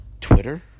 Twitter